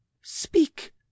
speak